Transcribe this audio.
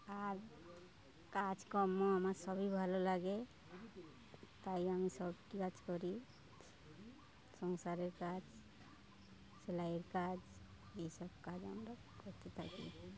আর কাজকর্ম আমার সবই ভালো লাগে তাই আমি সব কাজ করি সংসারের কাজ সেলাইয়ের কাজ এসব কাজ আমরা করতে থাকি